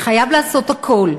וחייבים לעשות הכול,